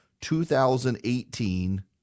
2018